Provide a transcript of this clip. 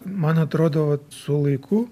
man atrodo vat su laiku